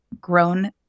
grown